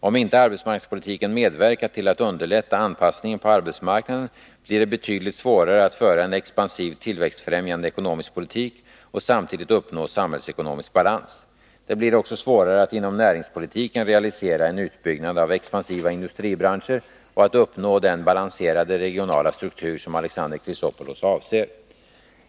Om inte arbetsmarknadspolitiken medverkar till att underlätta anpassningen på arbetsmarknaden blir det betydligt svårare att föra en expansiv tillväxtfrämjande ekonomisk politik och samtidigt uppnå samhällsekonomisk balans. Det blir också svårare att inom näringspolitiken realisera en utbyggnad av expansiva industribranscher och att uppnå den balanserade regionala struktur som Alexander Chrisopoulos avser.